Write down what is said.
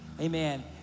Amen